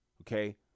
Okay